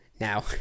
Now